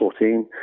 2014